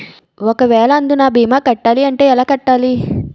ఒక వేల అందునా భీమా కట్టాలి అంటే ఎలా కట్టాలి?